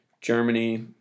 Germany